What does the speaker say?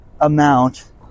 amount